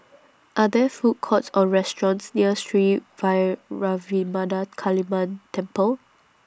Are There Food Courts Or restaurants near Sri Vairavimada Kaliamman Temple